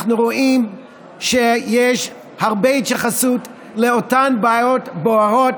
אנחנו רואים שיש הרבה התייחסות לאותן בעיות בוערות,